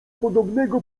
podobnego